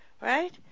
Right